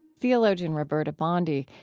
theologian roberta bondi.